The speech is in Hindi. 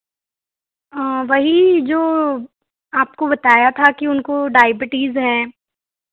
वही जो आपको बताया था कि उनको डायबिटीज है